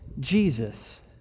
Jesus